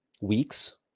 weeks